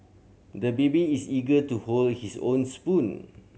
the baby is eager to hold his own spoon